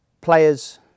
Players